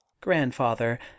Grandfather